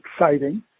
exciting